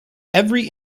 every